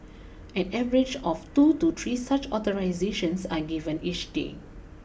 an average of two to three such authorisations are given each day